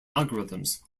algorithms